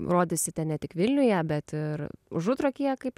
rodysite ne tik vilniuje bet ir užutrakyje kaip